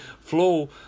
flow